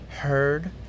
heard